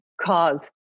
cause